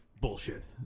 bullshit